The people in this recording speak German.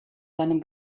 seinem